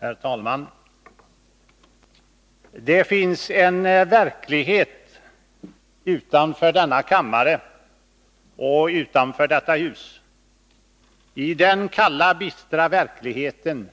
Herr talman! Det finns en verklighet utanför denna kammare och utanför detta hus. I den kalla, bistra verkligheten